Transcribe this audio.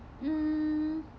mm